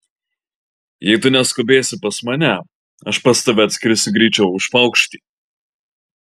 jei tu neskubėsi pas mane aš pas tave atskrisiu greičiau už paukštį